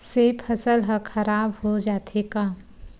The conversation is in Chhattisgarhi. से फसल ह खराब हो जाथे का?